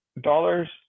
dollars